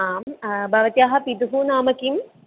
आम् भवत्याः पितुः नाम किम्